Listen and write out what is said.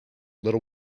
little